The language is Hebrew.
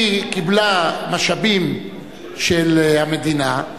היא קיבלה משאבים של המדינה,